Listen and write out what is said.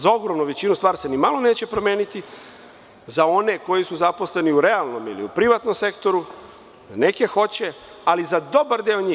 Za ogromnu većinu stvar se ni malo neće promeniti, a za one koji su zaposleni u realnom ili u privatnom sektoru za neke hoće, ali za dobar deo njih.